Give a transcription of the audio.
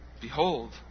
Behold